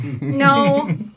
No